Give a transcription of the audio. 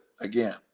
again